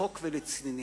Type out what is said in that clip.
לצחוק ולצנינים.